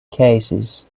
cases